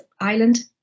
island